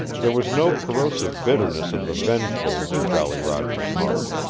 there was no corrosive bitterness of the vengeful in jolly roger's heart.